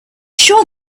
sure